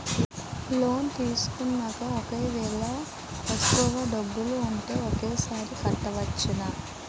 Loan తీసుకున్నాక ఒకవేళ ఎక్కువ డబ్బులు ఉంటే ఒకేసారి కట్టవచ్చున?